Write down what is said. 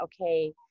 okay